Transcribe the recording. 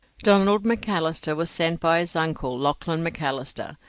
donald macalister was sent by his uncle, lachlan macalister,